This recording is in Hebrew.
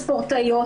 באחוז הספורטאיות.